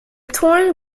torn